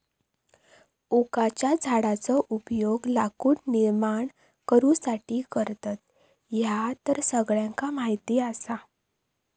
ओकाच्या झाडाचो उपयोग लाकूड निर्माण करुसाठी करतत, ह्या तर सगळ्यांका माहीत आसा